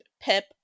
Pip